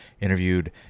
interviewed